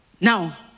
Now